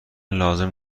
لازم